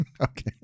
okay